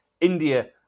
India